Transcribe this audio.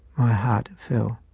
my heart fell.